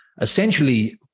Essentially